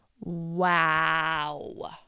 Wow